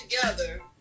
together